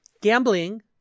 Gambling